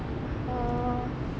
uh